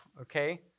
okay